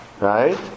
right